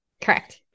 Correct